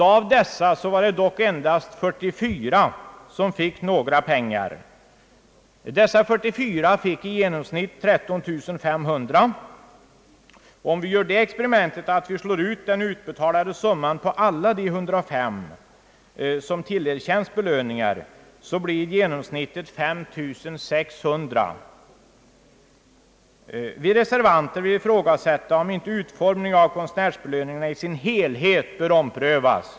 Av dessa var det dock endast 44 som fick några pengar, och de fick i genomsnitt 13500 kronor. Slår vi ut den utbetalade summan på alla de 105 som tillerkändes belöning, blir genomsnittet cirka 5 600 kronor. Vi reservanter vill ifrågasätta om inte utformningen av konstnärsbelöningarna i sin helhet bör omprövas.